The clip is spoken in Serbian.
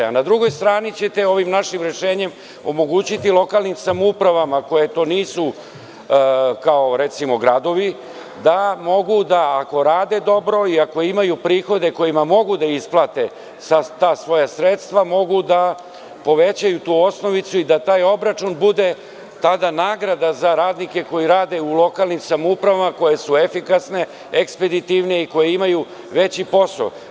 Na drugoj strani, ovim našim rešenjem ćete omogućiti lokalnim samoupravama koje to nisu, recimo, kao gradovi, da mogu da ako rade dobro i ako imaju prihode kojima mogu da isplate ta svoja sredstva, mogu da povećaju tu osnovicu i da taj obračun bude tada nagrada za radnike koji rade u lokalnim samoupravama koje su efikasne, ekspeditivne i koje imaju veći posao.